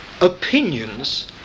opinions